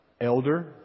elder